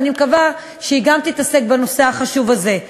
ואני מקווה שגם היא תתעסק בנושא החשוב הזה.